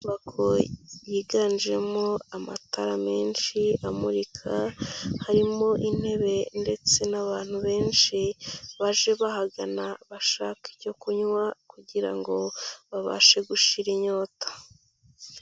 Inyubako yiganjemo amatara menshi amurika, harimo intebe ndetse n'abantu benshi baje bahagana bashaka icyo kunywa kugira ngo babashe gushira inyota.